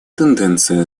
тенденция